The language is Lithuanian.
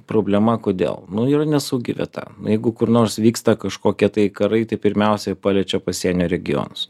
problema kodėl nu yra nesaugi vieta jeigu kur nors vyksta kažkokie tai karai tai pirmiausiai paliečia pasienio regionus